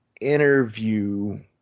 interview